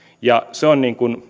ja se on